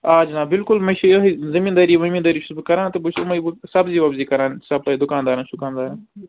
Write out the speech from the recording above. آ جِناب بلکُل مےٚ چھِ یِہٕے زٔمیٖندٲری ؤمیٖندٲری چھُس بہٕ کَران تہٕ بہٕ چھُس سبزی وبزی کَران سپلاے دُکان دارن شُکان دارن